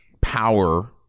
power